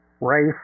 race